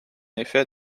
effet